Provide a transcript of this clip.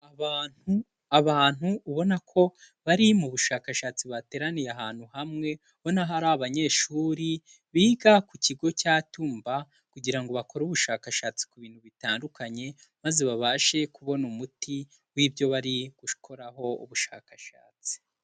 Abantu, abantu ubona ko bari mu bushakashatsi bateraniye ahantu hamwe, ubona hari abanyeshuri biga ku kigo cya Tumba kugira ngo bakore ubushakashatsi ku bintu bitandukanye, maze babashe kubona umuti w'ibyo bari gukoraho ubushakashatsi.